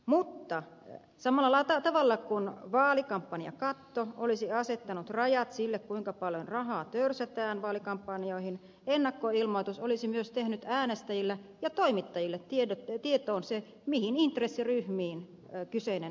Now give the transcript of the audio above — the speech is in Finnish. mutta samalla tavalla kuin vaalikampanjakatto olisi asettanut rajat sille kuinka paljon rahaa törsätään vaalikampanjoihin ennakkoilmoitus olisi myös antanut äänestäjien ja toimittajien tietoon sen mihin intressiryhmiin kyseinen ehdokas kuuluu